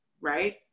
right